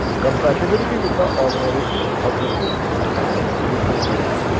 compatibility with the organization objectives and resources.